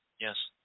yes